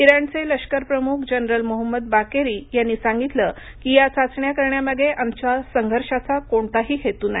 इराणचे लष्कर प्रमुख जनरल मोहम्मद बाकेरी यांनी सांगितलं की या चाचण्या करण्यामागे आमचा संघर्षाचा कोणताही हेतू नाही